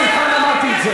תוציאו את מסעוד גנאים.